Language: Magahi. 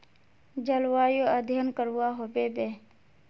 जलवायु अध्यन करवा होबे बे?